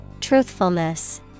Truthfulness